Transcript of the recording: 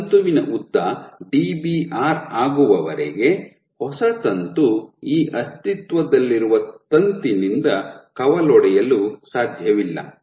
ಈ ತಂತುವಿನ ಉದ್ದ ಡಿಬಿಆರ್ ಆಗುವವರೆಗೆ ಹೊಸ ತಂತು ಈ ಅಸ್ತಿತ್ವದಲ್ಲಿರುವ ತಂತಿನಿಂದ ಕವಲೊಡೆಯಲು ಸಾಧ್ಯವಿಲ್ಲ